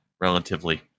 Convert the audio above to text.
relatively